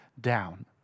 down